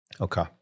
okay